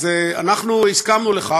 אז אנחנו הסכמנו לכך,